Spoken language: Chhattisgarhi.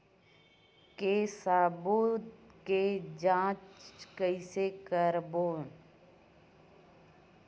के सबूत के जांच कइसे करबो?